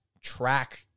track